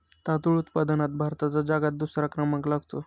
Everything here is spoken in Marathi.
तांदूळ उत्पादनात भारताचा जगात दुसरा क्रमांक लागतो